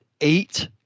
eight